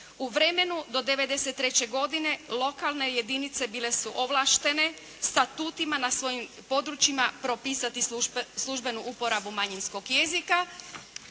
U vremenu do 93. godine lokalne jedinice bile su ovlaštene statutima na svojim područjima propisati službenu uporabu manjinskog jezika